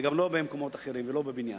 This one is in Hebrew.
וגם לא במקומות אחרים ולא בבניין.